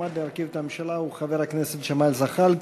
המועמד להרכיב את הממשלה הוא חבר הכנסת ג'מאל זחאלקה.